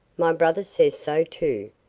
my brother says so, too,